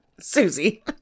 Susie